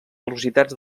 velocitats